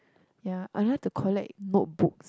ya I like to collect notebook